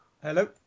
Hello